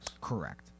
Correct